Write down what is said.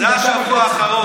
זה השבוע האחרון.